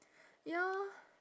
ya